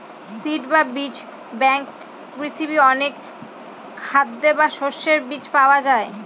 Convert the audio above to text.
seed বা বীজ ব্যাঙ্কে পৃথিবীর অনেক খাদ্যের বা শস্যের বীজ পাওয়া যায়